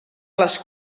les